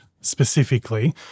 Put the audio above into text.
specifically